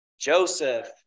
Joseph